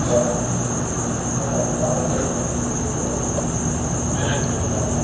hello அண்ணே இந்த வாகை குளத்திலேருந்து முகமது உசைன் பேசுகிறேன் அல்லத்தீவ் ரெஸ்டாரண்ட்டா